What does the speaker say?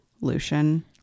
Lucian